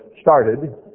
started